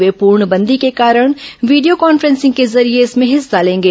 वे पूर्णबंदी के कारण वीडियो कांफ्रेंसिंग के जरिये इसमें हिस्सा लेंगे